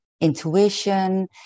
intuition